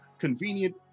convenient